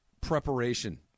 preparation